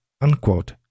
unquote